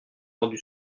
entendu